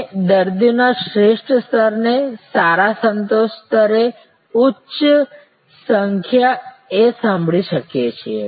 અમે દર્દીઓના શ્રેષ્ઠ સ્તરને સારા સંતોષ સ્તરે ઉચ્ચ સંખ્યા એ સંભાળી શકીએ